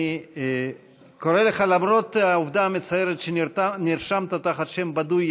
אני קורא לך למרות העובדה המצערת שנרשמת תחת שם בדוי,